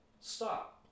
Stop